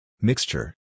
Mixture